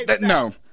no